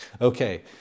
Okay